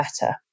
better